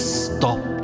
stop